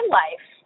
life